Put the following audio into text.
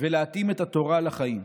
ולהתאים את התורה לחיים.